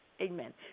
Amen